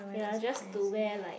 ya just to wear like